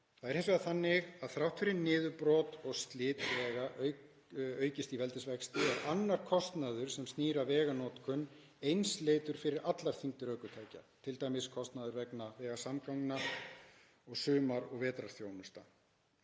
Það er hins vegar þannig að þrátt fyrir að niðurbrot og slit vega aukist í veldisvexti er annar kostnaður sem snýr að veganotkun nokkuð einsleitur fyrir allar þyngdir ökutækja, t.d. ytri kostnaður vegasamgangna og sumar- og vetrarþjónusta.